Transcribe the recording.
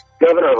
Governor